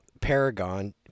Paragon